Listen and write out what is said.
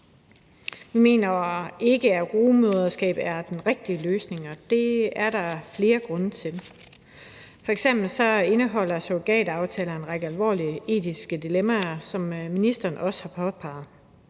Vi mener ikke, at rugemoderskab er den rigtige løsning, og det er der flere grunde til. F.eks. indeholder surrogataftaler en række alvorlige etiske dilemmaer, hvilket ministeren også har påpeget.